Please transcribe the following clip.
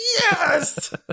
yes